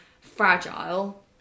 fragile